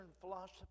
philosophy